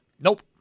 Nope